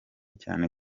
cyane